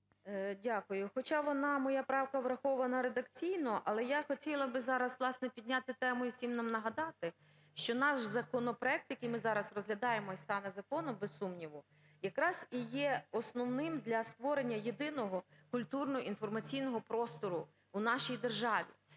Дякую. Хоча вона, моя правка, врахована редакційно, але я хотіла би зараз власне підняти тему і всім нам нагадати, що наш законопроект, який ми зараз розглядаємо і стане законом, без сумніву, якраз і є основним для створення єдиного культурно-інформаційного простору у нашій державі,